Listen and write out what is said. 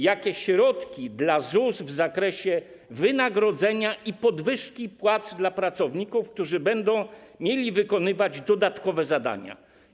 Jakie środki przewidziano dla ZUS w zakresie wynagrodzeń i podwyżki płac dla pracowników, którzy będą mieli wykonywać dodatkowe zadania?